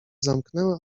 zamknęły